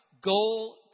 goal